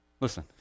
Listen